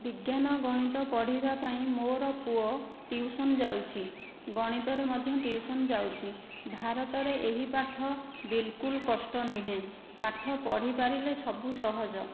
ବିଜ୍ଞାନ ଗଣିତ ପଢ଼ିବା ପାଇଁ ମୋର ପୁଅ ଟିଉସନ୍ ଯାଉଛି ଗଣିତରେ ମଧ୍ୟ ଟିଉସନ୍ ଯାଉଛି ଭାରତରେ ଏହି ପାଠ ବିଲକୁଲ କଷ୍ଟ ନୁହେଁ ପାଠ ପଢ଼ି ପାରିଲେ ସବୁ ସହଜ